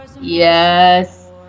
Yes